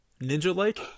Ninja-like